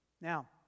Now